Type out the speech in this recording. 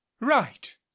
right